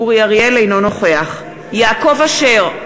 אינו נוכח יעקב אשר,